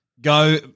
Go